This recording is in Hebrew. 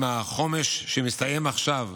עם החומש שמסתיים עכשיו,